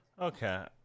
Okay